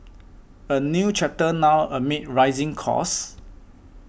a new chapter now amid rising costs